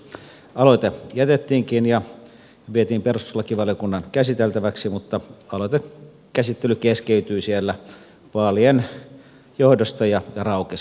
aloite jätettiinkin ja vietiin perustuslakivaliokunnan käsiteltäväksi mutta käsittely keskeytyi siellä vaalien johdosta ja raukesi